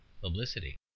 publicity